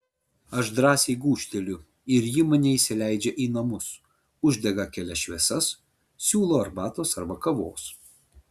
aš drąsiai gūžteliu ir ji mane įsileidžia į namus uždega kelias šviesas siūlo arbatos arba kavos